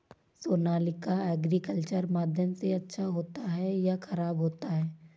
Sonalika agriculture माध्यम से अच्छा होता है या ख़राब होता है?